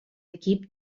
equip